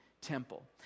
temple